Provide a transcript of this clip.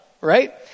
right